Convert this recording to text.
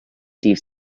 dydd